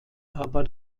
aber